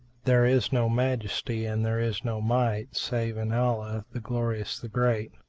there is no majesty and there is no might save in allah, the glorious, the great!